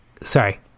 sorry